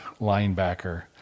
linebacker